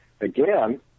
Again